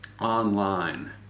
online